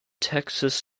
texas